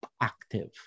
active